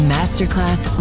Masterclass